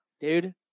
Dude